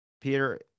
Peter